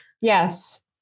Yes